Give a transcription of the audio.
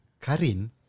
Karin